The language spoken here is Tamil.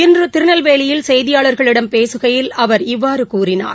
இன்று திருநெல்வேலியில் செய்தியாளர்களிடம் பேசுகையில் அவர் இவ்வாறு கூறினார்